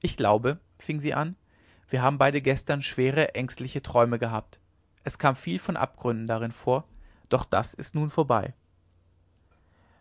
ich glaube fing sie an wir haben beide gestern schwere ängstliche träume gehabt es kam viel von abgründen darin vor doch das ist nun vorbei